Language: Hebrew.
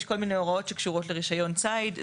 יש כל מיני הוראות שקשורות לרישיון ציד.